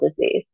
disease